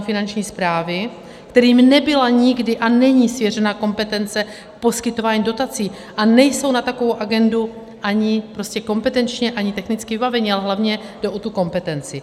Finanční správy, kterým nebyla nikdy a není svěřena kompetence poskytování dotací a nejsou na takovou agendu ani prostě kompetenčně, ani technicky vybaveny, ale hlavně jde o tu kompetenci.